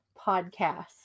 podcast